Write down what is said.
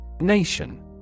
Nation